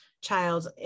child